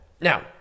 Now